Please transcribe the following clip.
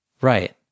Right